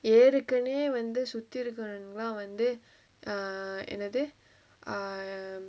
ஏற்கனவே வந்து சுத்தி இருக்குறவங்களா வந்து:erkanavae vanthu suthi irukkuravangallaa vanthu err என்னது:ennathu err